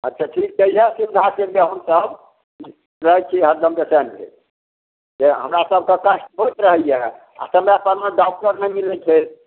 अच्छे ठीक छै इहए सुवधा केलिए हम सब रहैत छी हरदम बेचैन भेल जे हमरा सबके कष्ट होइत रहए आ समय परमे डाक्टर नहि मिलैत छै